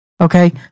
okay